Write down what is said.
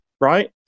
right